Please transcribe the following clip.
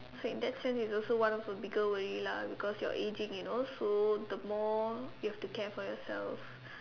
so in that sense it is also one of your bigger worry lah because you are aging you know so the more you have to care for yourself